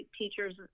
teachers